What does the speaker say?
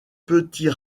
petit